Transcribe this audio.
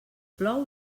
plou